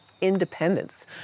independence